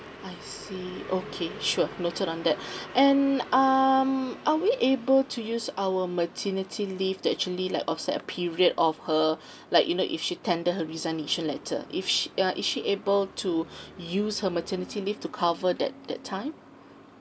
I see okay sure noted on that and um are we able to use our maternity leave to actually like offset a period of her like you know if she tender her resignation letter if she uh is she able to use her maternity leave to cover that that time